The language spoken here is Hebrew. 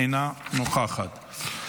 אינה נוכחת.